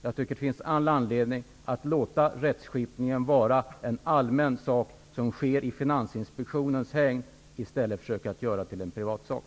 Det finns all anledning att låta rättsskipningen vara en allmän företeelse som sker i Finansinspektionens hägn i stället för att försöka göra den till en privatsak.